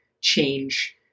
change